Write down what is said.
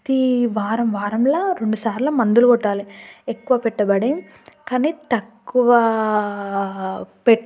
ప్రతీ వారం వారంలో రెండు సార్ల మందులు కొట్టాలి ఎక్కువ పెట్టుబడి కాని తక్కువా పె